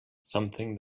something